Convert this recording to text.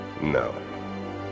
No